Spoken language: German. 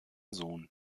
sohn